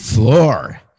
Floor